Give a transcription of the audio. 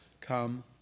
come